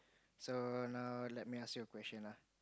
so now let me ask you a question lah